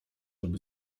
żeby